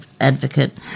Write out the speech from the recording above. advocate